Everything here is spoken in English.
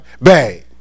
bang